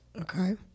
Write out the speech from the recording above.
Okay